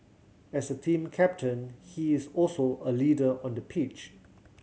as the team captain he is also a leader on the pitch